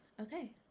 Okay